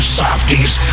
softies